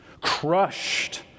crushed